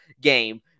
game